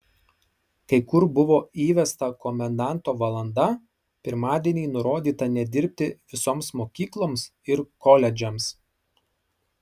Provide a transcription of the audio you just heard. kai kur buvo įvesta komendanto valanda pirmadienį nurodyta nedirbti visoms mokykloms ir koledžams